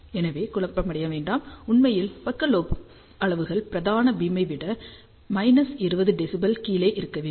எனவே குழப்பமடைய வேண்டாம் உண்மையில் பக்க லோப் அளவுகள் பிரதான பீம்மை விட 20 dB கீழே இருக்க வேண்டும்